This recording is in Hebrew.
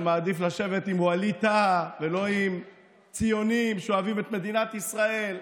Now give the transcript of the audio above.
שמעדיף לשבת עם ווליד טאהא ולא עם ציונים שאוהבים את מדינת ישראל,